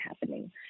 happening